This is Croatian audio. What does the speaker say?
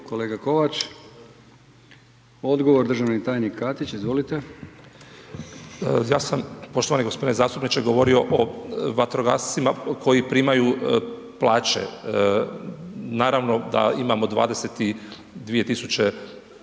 kolega Kovač. Odgovor državni tajnik Katić, izvolite. **Katić, Žarko** Ja sam poštovani g. zastupniče govorio o vatrogascima koji primaju plaće, naravno da imamo 22 000